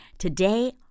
Today